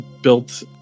built